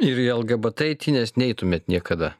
ir į lgbt eitynes neitumėt niekada